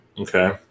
Okay